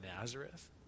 Nazareth